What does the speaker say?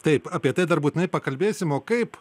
taip apie tai dar būtinai pakalbėsim o kaip